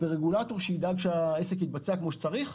ברגולטור שידאג שהעסק יתבצע כמו שצריך.